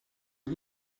met